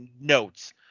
notes